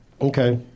Okay